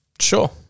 Sure